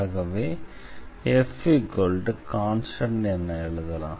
ஆகவே fகான்ஸ்டண்ட் என எழுதலாம்